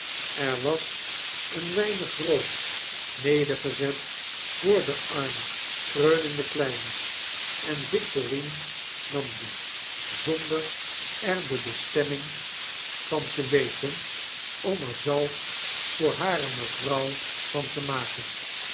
er was een wemig room nedergezet voor den armen kreunenden kleine en victorine nam dien zonder er de bestemming van te weten om er zalf voor hare mevrouw van te maken